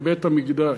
בבית-המקדש,